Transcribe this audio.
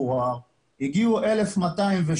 כי מדובר בהרבה מאוד עצורים,